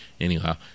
anyhow